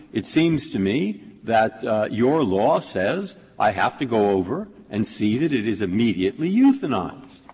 it seems to me that your law says i have to go over and see that it is immediately euthanized.